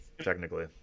Technically